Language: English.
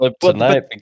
tonight